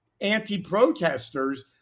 anti-protesters